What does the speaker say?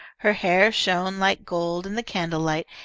her hair shone like gold in the candlelight,